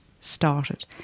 started